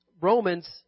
Romans